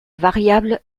variable